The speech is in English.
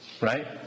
Right